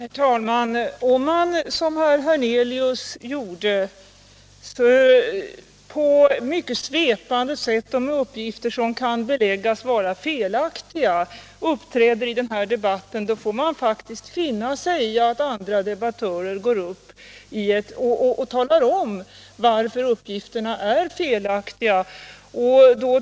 Herr talman! Om man, som herr Hernelius gjorde, på ett mycket svepande sätt och med uppgifter som kan beläggas såsom felaktiga uppträder i den här debatten, får man faktiskt finna sig i att andra debattörer går upp och talar om att uppgifterna är felaktiga.